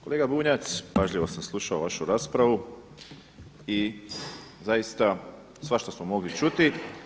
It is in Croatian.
Kolega Bunjac, pažljivo sam slušao vašu raspravu i zaista svašta smo mogli čuti.